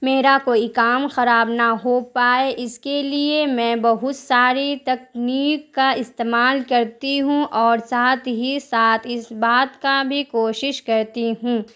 میرا کوئی کام خراب نہ ہو پائے اس کے لیے میں بہت ساری تکنیک کا استعمال کرتی ہوں اور ساتھ ہی ساتھ اس بات کا بھی کوشش کرتی ہوں